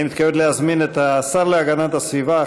אני מתכבד להזמין את השר להגנת הסביבה,